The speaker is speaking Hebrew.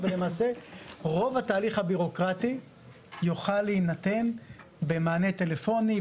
ולמעשה רוב התהליך הבירוקרטי יוכל להינתן במענה טלפוני,